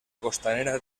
costanera